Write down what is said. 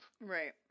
Right